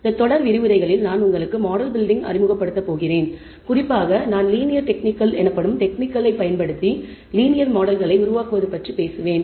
இந்த தொடர் விரிவுரைகளில் நான் உங்களுக்கு மாடல் பில்டிங் அறிமுகப்படுத்தப் போகிறேன் குறிப்பாக நான் லீனியர் டெக்னிக்கள் எனப்படும் டெக்னிக்களைப் பயன்படுத்தி லீனியர் மாடல்களை உருவாக்குவது பற்றி பேசுவேன்